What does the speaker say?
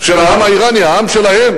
העם האירני, העם שלהם.